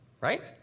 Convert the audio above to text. right